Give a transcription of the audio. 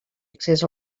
accés